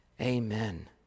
Amen